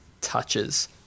touches